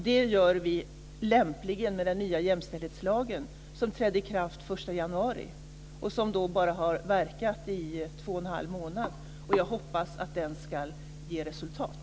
Det gör vi lämpligen med den nya jämställdhetslag som trädde i kraft den 1 januari och som bara har verkat i två och en halv månad. Jag hoppas att den ska ge resultat.